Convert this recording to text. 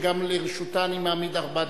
וגם לרשותה אני מעמיד ארבע דקות.